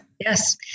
Yes